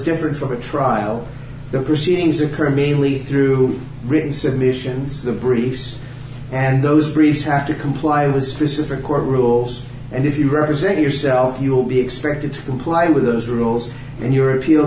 different from a trial the proceedings occur mili through written submissions the briefs and those briefs have to comply with specific court rules and if you represent yourself you will be expected to comply with those rules and your appeal